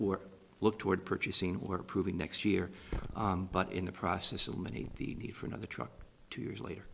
we're look toward purchasing we're proving next year but in the process of many the need for another truck two years later